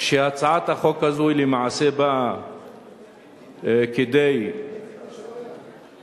שהצעת החוק הזאת למעשה באה כדי להשלים